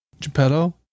Geppetto